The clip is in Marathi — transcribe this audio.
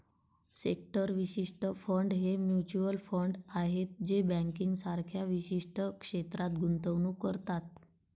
सेक्टर विशिष्ट फंड हे म्युच्युअल फंड आहेत जे बँकिंग सारख्या विशिष्ट क्षेत्रात गुंतवणूक करतात